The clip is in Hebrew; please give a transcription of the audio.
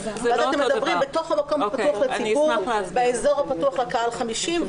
ואז אתם מדברים במקום הפתוח לציבור באזור הפתוח לקהל 50,